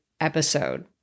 episode